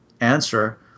answer